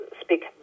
speak